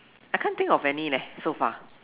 I can't think of any leh so far